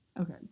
Okay